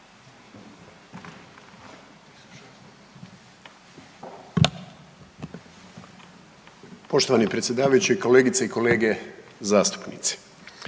Poštovani predsjedavajući, kolegice i kolege zastupnici.